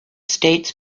states